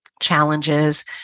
challenges